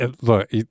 look